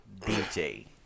DJ